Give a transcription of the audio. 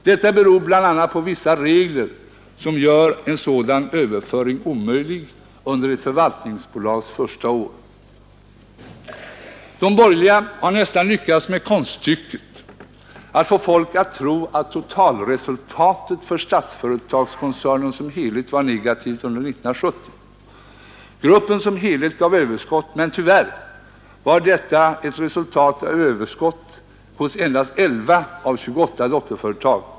Detta beror bl.a. på vissa regler som gör en sådan överföring omöjlig under ett förvaltningsbolags första år. De borgerliga har nästan lyckats med konststycket att få folk att tro att totalresultatet för Statsföretagskoncernen som helhet var negativt under 1970. Gruppen som helhet gav överskott. Tyvärr var detta totalöverskott ett resultat av överskott hos endast 11 av de 28 dotterföretagen.